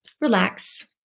relax